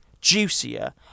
juicier